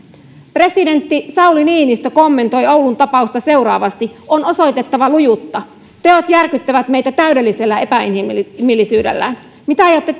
presidentti sauli niinistö kommentoi oulun tapausta seuraavasti on osoitettava lujuutta teot järkyttävät meitä täydellisellä epäinhimillisyydellään mitä aiotte